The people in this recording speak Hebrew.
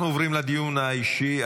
אנחנו עוברים לדיון האישי.